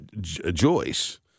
Joyce